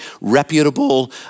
reputable